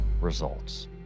results